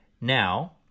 now